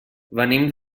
venim